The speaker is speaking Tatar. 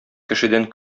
кешедән